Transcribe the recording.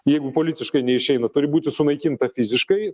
jeigu politiškai neišeina turi būti sunaikinta fiziškai